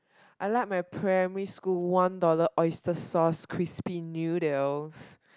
I like my primary school one dollar oyster sauce crispy noodles